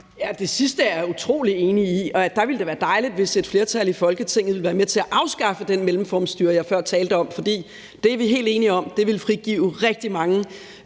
Det sidste er jeg er utrolig enig i, og der ville det være dejligt, hvis et flertal i Folketinget ville være med til at afskaffe det mellemformstyre, jeg før talte om, for det er vi helt enige om; det ville frigive rigtig mange